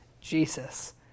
Jesus